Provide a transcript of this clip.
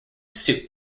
suit